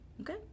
Okay